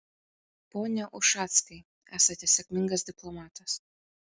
pone ušackai esate sėkmingas diplomatas